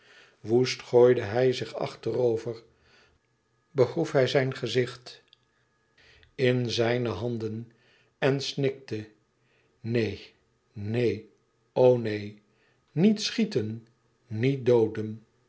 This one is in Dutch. woest gooide hij zich achterover begroef hij zijn gezicht in zijne handen en snikte neen neen o neen niet schieten niet dooden